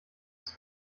ist